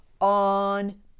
on